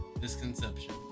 misconception